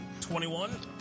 21